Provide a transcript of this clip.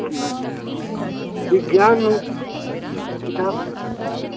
विज्ञान विज्ञान किताब हमको चाही